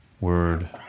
Word